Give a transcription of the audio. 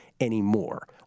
anymore